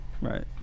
Right